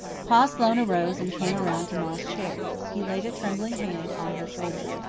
pa sloane arose and came around to ma's chair. he laid a trembling hand on her shoulder.